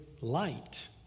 light